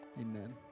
Amen